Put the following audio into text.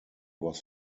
was